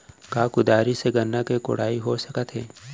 का कुदारी से गन्ना के कोड़ाई हो सकत हे?